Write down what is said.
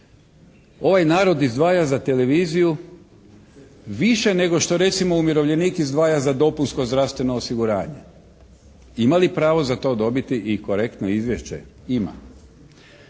Ovaj narod izdvaja za televiziju više nego što recimo umirovljenik izdvaja za dopunsko zdravstveno osiguranje. Ima li pravo za to dobiti i korektno izvješće? Ima.